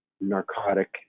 narcotic